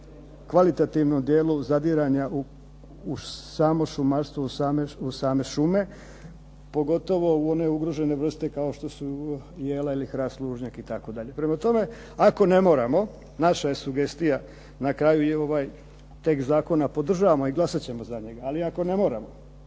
kvalitativnom dijelu zadiranja u samo šumarstvo u same šume, pogotovo u one ugrožene vrste kao što su jela ili hrast lužnjak itd. Prema tome, ako ne moramo naša je sugestija i na kraju je ovaj tekst zakona podržavamo i glasat ćemo za njega, ali ako ne moramo,